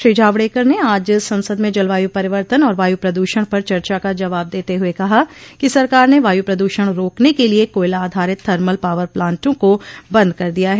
श्री जावड़ेकर ने आज संसद में जलवायु परिवर्तन और वायु प्रदूषण पर चर्चा का जवाब देते हुए कहा कि सरकार ने वायु प्रदूषण रोकने के लिए कोयला आधारित थर्मल पावर प्लांटों को बंद कर दिया है